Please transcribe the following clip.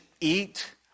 eat